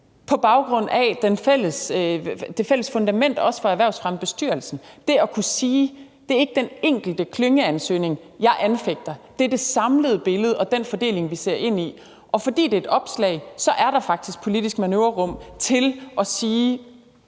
på baggrund af det fælles fundament, også for Erhvervsfremmebestyrelsen. Det er ikke den enkelte klyngeansøgning, jeg anfægter, det er det samlede billede og den fordeling, vi ser ind i. Og fordi det er et opslag, er der faktisk politisk manøvrerum til at sige: